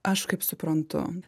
aš kaip suprantu